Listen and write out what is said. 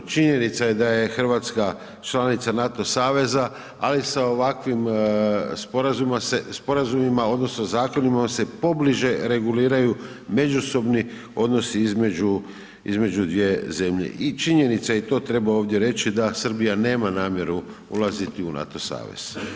Činjenica je da je RH članica NATO saveza, ali sa ovakvim sporazumima odnosno zakonima se pobliže reguliraju međusobni odnosi između dvije zemlje i činjenica je to, treba ovdje reći da Srbija nema namjeru ulaziti u NATO savez.